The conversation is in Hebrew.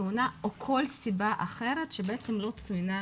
תאונה או כל סיבה אחרת שלא צוינה.